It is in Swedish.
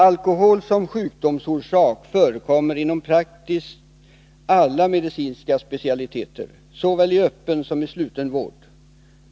Alkohol som sjukdomsorsak förekommer inom praktiskt taget alla medicinska specialiteter såväl i öppen som i sluten vård.